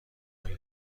هایی